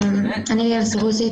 אני ליאל סרוסי,